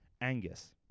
Angus